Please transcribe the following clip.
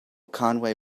conway